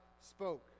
spoke